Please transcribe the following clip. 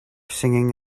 singing